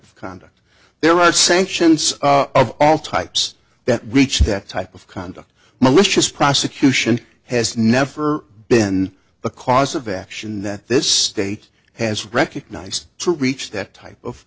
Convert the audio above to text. of conduct there are sanctions of all types that reach that type of conduct malicious prosecution has never been a cause of action that this state has recognized to reach that type of